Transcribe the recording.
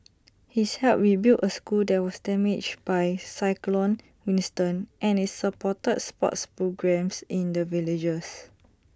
he's helped rebuild A school that was damaged by cyclone Winston and is supported sports programmes in the villagers